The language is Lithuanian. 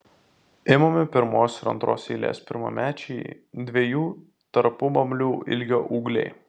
imami pirmos ir antros eilės pirmamečiai dviejų tarpubamblių ilgio ūgliai